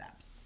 apps